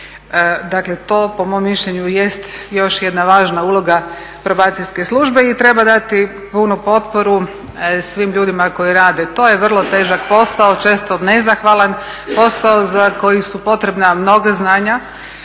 Dakle, to po mom mišljenju jest još jedna važna uloga probacijske službe i treba dati punu potporu svim ljudima koji rade. To je vrlo težak posao, često nezahvalan posao za koji su potrebna mnoga znanja